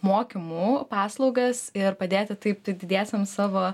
mokymo paslaugas ir padėti taip didiesiems savo